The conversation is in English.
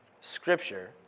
Scripture